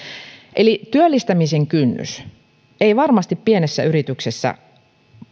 eli työllistämisen kynnys ei varmasti pienessä yrityksessä